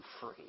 free